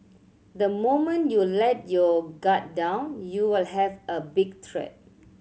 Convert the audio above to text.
the moment you let your guard down you will have a big threat